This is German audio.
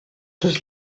das